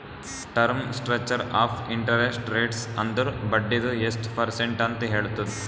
term structure of interest rates ಅಂದುರ್ ಬಡ್ಡಿದು ಎಸ್ಟ್ ಪರ್ಸೆಂಟ್ ಅಂತ್ ಹೇಳ್ತುದ್